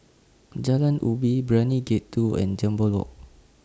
Jalan Ubi Brani Gate two and Jambol Walk